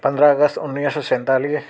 पंद्रहं अगस्त उणिवीह सौ सतेतालीह